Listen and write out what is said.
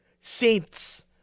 saints